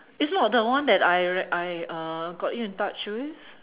it's not the one that I rec~ I uh got you in touch with